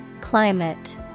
Climate